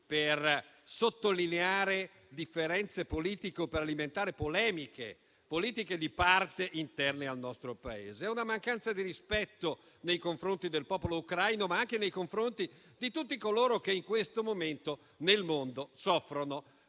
per sottolineare differenze politiche o alimentare polemiche politiche di parte interne al nostro Paese. È una mancanza di rispetto nei confronti del popolo ucraino, ma anche di tutti coloro che in questo momento nel mondo soffrono